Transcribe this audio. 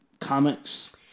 comics